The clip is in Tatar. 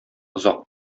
озак